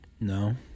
no